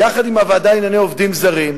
יחד עם הוועדה לענייני עובדים זרים,